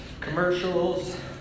commercials